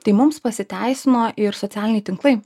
tai mums pasiteisino ir socialiniai tinklai